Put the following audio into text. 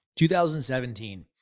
2017